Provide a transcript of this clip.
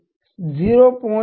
32 ಮಿಮೀ ಅಗತ್ಯವಿದೆ